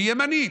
שהיא ימנית,